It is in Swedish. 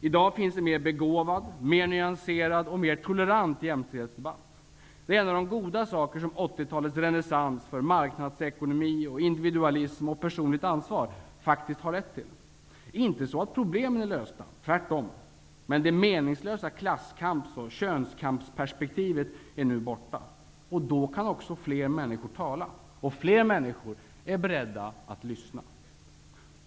I dag finns det en mer begåvad, mer nyanserad och mer tolerant jämställdhetsdebatt. Det är en av de goda saker som 80-talets renässans för marknadsekonomi, individualism och personligt ansvar faktiskt har lett till. Inte så att problemen är lösta, tvärtom, men det meningslösa klasskamps och könskampsperspektivet är nu borta. Då kan också fler människor tala, och fler människor är beredda att lyssna.